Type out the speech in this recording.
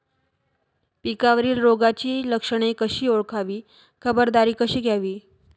पिकावरील रोगाची लक्षणे कशी ओळखावी, खबरदारी कशी घ्यावी?